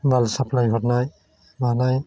माल साफ्लाइ हरनाय मानाय